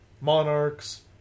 Monarchs